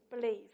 believe